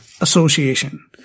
Association